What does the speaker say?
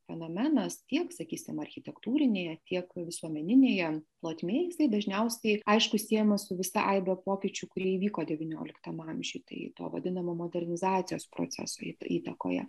fenomenas tiek sakysim architektūrinėje tiek visuomeninėje plotmėj dažniausiai aišku siejamas su visa aibė pokyčių kurie įvyko devynioliktam amžiuj tai vadinama modernizacijos proceso į įtakoje